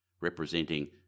representing